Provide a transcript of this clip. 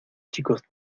chicos